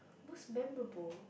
most memorable